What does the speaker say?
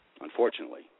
unfortunately